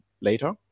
later